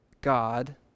God